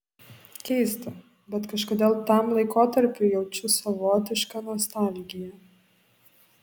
keista bet kažkodėl tam laikotarpiui jaučiu savotišką nostalgiją